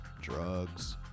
drugs